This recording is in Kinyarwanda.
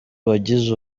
wagize